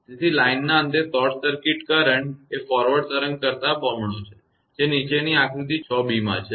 તેથી લાઇનના અંતે શોર્ટ સર્કિટ કરંટપ્રવાહ એ ફોરવર્ડ તરંગ કરતા બમણો છે જે નીચેની આકૃતિ 6 b માં છે